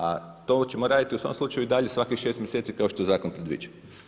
A to ćemo raditi u svakom slučaju i dalje svakih šest mjeseci kao što zakon predviđa.